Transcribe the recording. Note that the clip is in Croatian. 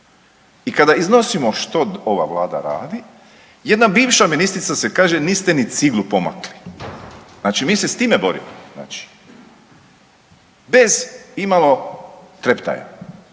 I kada iznosimo što ova Vlada radi jedna bivša ministrica se, kaže niste ni ciglu pomakli. Znači mi se s time borimo. Znači bez imalo treptaja